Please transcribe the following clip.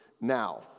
Now